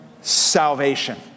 salvation